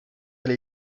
elle